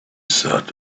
sat